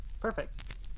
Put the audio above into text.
perfect